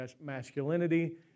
masculinity